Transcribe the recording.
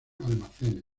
almacenes